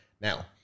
now